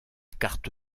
carte